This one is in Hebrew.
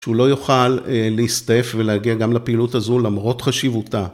שהוא לא יוכל להסתעף ולהגיע גם לפעילות הזו למרות חשיבותה.